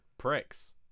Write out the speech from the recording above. Pricks